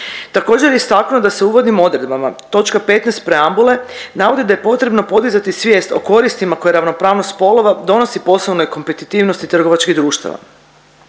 Također je istaknuo da se u uvodnim odredbama, točka 15 preambule, navodi da je potrebno podizati svijest o koristima koje ravnopravnost spolova donosi poslovnoj kompetitivnosti trgovačkih društava.